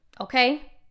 okay